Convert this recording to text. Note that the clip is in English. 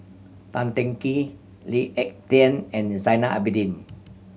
Tan Teng Kee Lee Ek Tieng and Zainal Abidin